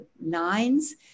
nines